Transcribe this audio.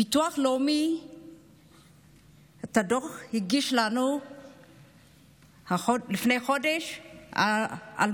ביטוח לאומי הגיש לנו לפני חודש את הדוח